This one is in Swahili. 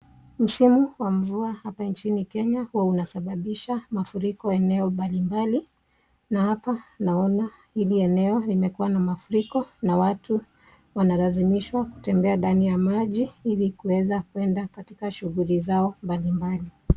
Msimu wa mvua hapa nchini Kenya huwa unasababisha mafuriko eneo mbalimbali. Na hapa naona hili eneo limekuwa na mafuriko na watu wanalazimishwa kutembea ndani ya maji ili kuweza kwenda katika shughuli zao mbalimbali.